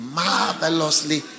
marvelously